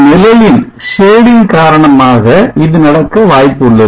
நிழலின் காரணமாக இது நடக்க வாய்ப்புள்ளது